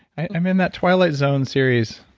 i'm in that twilight zone series.